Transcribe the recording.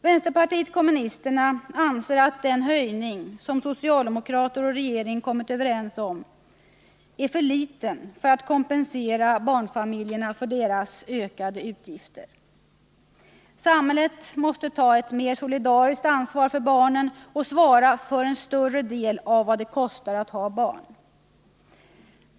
Vänsterpartiet kommunisterna anser att den höjning som socialdemokraterna och regeringen har kommit överens om är för liten för att kompensera barnfamiljerna för deras ökade utgifter. Samhället måste ta ett mer solidariskt ansvar för barnen och svara för större del av vad det kostar att ha barn.